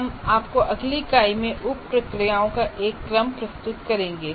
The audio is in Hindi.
हम आपको अगली इकाई में उप प्रक्रियाओं का एक क्रम प्रस्तुत करेंगे